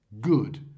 good